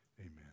Amen